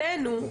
שאצלנו,